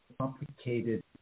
complicated